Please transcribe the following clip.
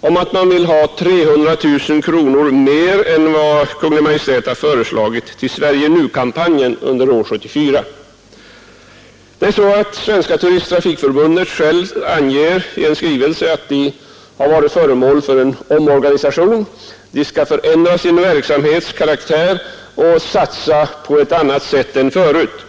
om att man vill ha 300 000 kronor mer än vad Kungl. Maj:t har begärt till Sverige-Nu-kampanjen under år 1974. Svenska turisttrafikförbundet anger i en skrivelse att förbundet har varit föremål för en omorganisation. Verksamhetens karaktär skall förändras, och man skall satsa på ett annat sätt än förut.